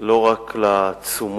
לא רק לתשומות,